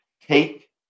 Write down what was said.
take